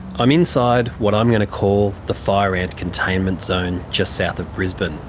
i'm inside what i'm going to call the fire ant containment zone just south of brisbane.